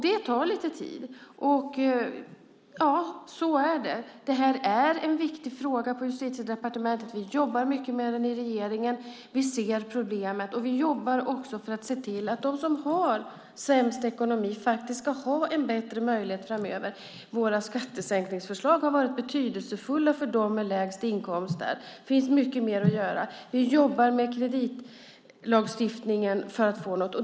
Det tar lite tid. Så är det. Det här är en viktig fråga på Justitiedepartementet. Vi jobbar mycket med den i regeringen. Vi ser problemet, och vi jobbar också för att se till att de som har sämst ekonomi ska ha en bättre möjlighet framöver. Våra skattesänkningsförslag har varit betydelsefulla för dem med lägst inkomster. Det finns mycket mer att göra. Vi jobbar med kreditlagstiftningen för att få något.